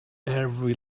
every